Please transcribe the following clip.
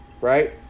right